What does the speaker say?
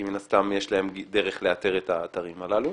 כי מן הסתם יש להם דרך לאתר את האתרים הללו,